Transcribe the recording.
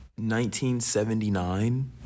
1979